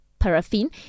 Paraffin